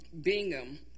Bingham